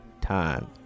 time